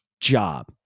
job